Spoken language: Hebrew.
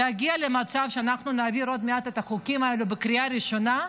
להגיע למצב שאנחנו נעביר עוד מעט את החוקים האלה בקריאה ראשונה,